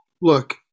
look